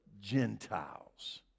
Gentiles